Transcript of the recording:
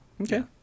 okay